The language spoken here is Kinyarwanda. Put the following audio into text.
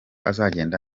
azagenda